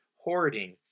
hoarding